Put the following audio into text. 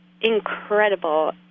incredible